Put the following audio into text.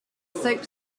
soap